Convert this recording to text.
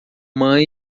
mãe